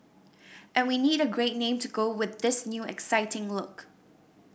and we need a great name to go with this new exciting look